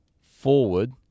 forward